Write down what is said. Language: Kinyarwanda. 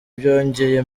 byongeye